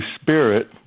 Spirit